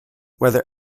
whether